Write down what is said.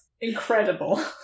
incredible